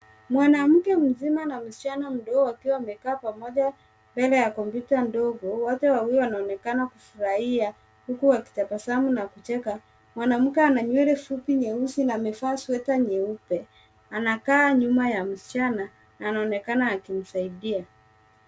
Mwanamke mzima pamoja na msichana mdogo wakiwa wamekaa pamoja m kbele ya kompyuta ndogo. Wote wawili wanaonekana kufurahia huku wakitabasamu na kucheka. Mwanamke ana nywele fupi nyeusi na amevaasweta nyeupe. Anakaa nyuma ya msichana na anaonekana akimsaidia.